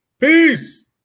Peace